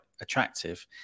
attractive